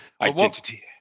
Identity